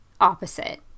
opposite